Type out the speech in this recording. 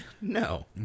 no